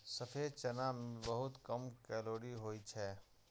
सफेद चना मे बहुत कम कैलोरी होइ छै